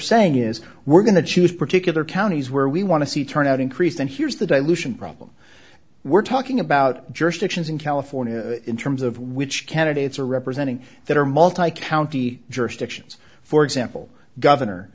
saying is we're going to choose particular counties where we want to see turnout increase and here's the dilution problem we're talking about jurisdictions in california in terms of which candidates are representing that are multi county jurisdictions for example governor